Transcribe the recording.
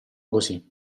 così